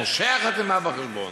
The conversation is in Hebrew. מורשי החתימה בחשבון,